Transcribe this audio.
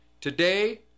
Today